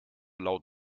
laut